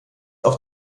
auf